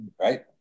right